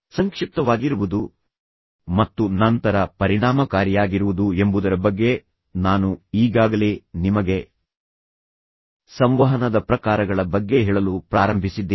ಸಂಕ್ಷಿಪ್ತವಾಗಿರುವುದು ಮತ್ತು ನಂತರ ಪರಿಣಾಮಕಾರಿಯಾಗಿರುವುದು ಎಂಬುದರ ಬಗ್ಗೆ ನಾನು ಈಗಾಗಲೇ ನಿಮಗೆ ಸಂವಹನದ ಪ್ರಕಾರಗಳ ಬಗ್ಗೆ ಹೇಳಲು ಪ್ರಾರಂಭಿಸಿದ್ದೇನೆ